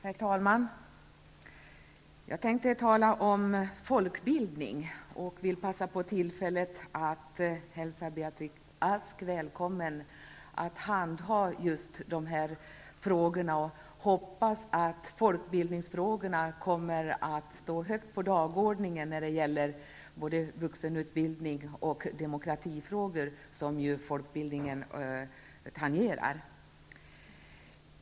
Herr talman! Jag tänkte tala om folkbildning och vill passa på tillfället att hälsa Beatrice Ask välkommen att handha just sådana frågor. Det är min förhoppning att folkbildningsfrågorna kommer att stå högt på dagordningen när det gäller både vuxenutbildning och demokratifrågor, som ju folkbildningen tangerar.